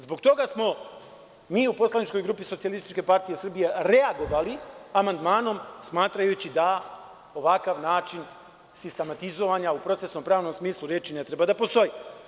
Zbog toga smo mi u poslaničkoj grupi SPS reagovali amandmanom, smatrajući da ovakav način sistematizovanja u procesno-pravnom smislu reči ne treba da postoji.